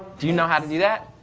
do you know how to do that?